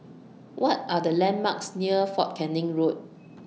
What Are The landmarks near Fort Canning Road